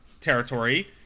territory